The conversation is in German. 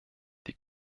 die